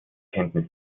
kenntnis